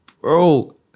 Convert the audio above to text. Bro